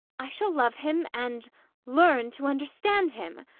i shall love him and learn to understand him.